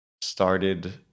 started